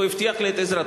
והוא הבטיח לי את עזרתו.